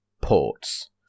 ports